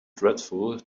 dreadful